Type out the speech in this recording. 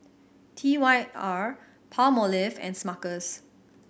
T Y R Palmolive and Smuckers